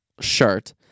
shirt